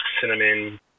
cinnamon